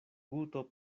guto